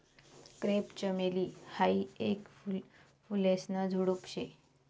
crepe चमेली हायी येक फुलेसन झुडुप शे